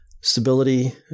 Stability